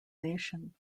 nation